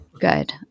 good